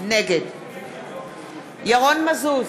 נגד ירון מזוז,